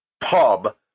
pub